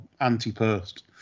anti-post